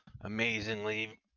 amazingly